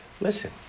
Listen